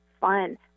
fun